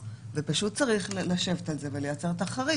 ופשוט צריך לשבת על זה ולייצר את החריג,